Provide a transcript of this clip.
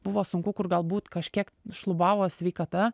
buvo sunku kur galbūt kažkiek šlubavo sveikata